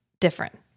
different